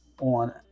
on